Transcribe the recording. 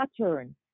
pattern